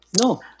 No